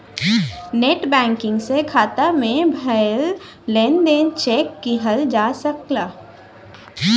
net banking से खाता में भयल लेन देन चेक किहल जा सकला